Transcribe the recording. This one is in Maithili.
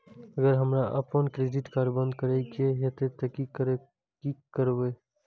अगर हमरा आपन क्रेडिट कार्ड बंद करै के हेतै त की करबै?